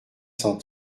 cent